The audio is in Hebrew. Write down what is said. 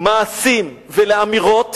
למעשים ולאמירות,